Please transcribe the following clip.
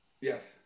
Yes